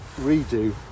redo